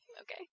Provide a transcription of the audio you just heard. Okay